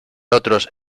otros